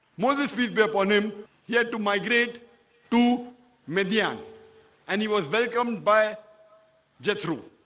moses peace be upon him. he had to migrate to media and he was welcomed by jethro